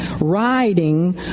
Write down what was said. riding